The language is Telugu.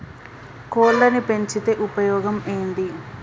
కోళ్లని పెంచితే ఉపయోగం ఏంది?